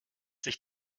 sich